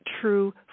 true